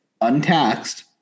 Untaxed